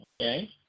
Okay